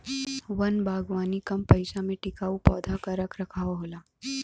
वन बागवानी कम पइसा में टिकाऊ पौधा क रख रखाव होला